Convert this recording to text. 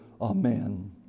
Amen